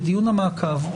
בדיון המעקב,